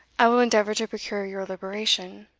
i will endeavour to procure your liberation.